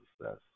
success